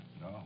No